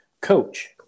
Coach